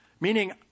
Meaning